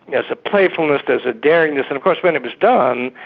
there's a playfulness, there's a daringness, and of course when it was done,